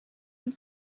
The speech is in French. une